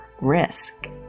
risk